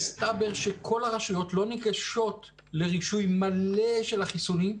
מסתבר שכל הרשויות לא ניגשות לרישוי מלא של החיסונים,